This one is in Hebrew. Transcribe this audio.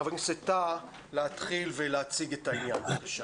חבר הכנסת טאהא, להתחיל ולהציג את העניין, בבקשה.